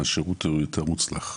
השירות הוא יותר מוצלח.